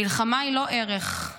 מלחמה היא לא ערך.